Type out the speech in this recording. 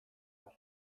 abar